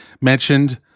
mentioned